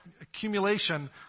accumulation